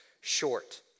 short